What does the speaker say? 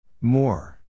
More